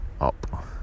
Up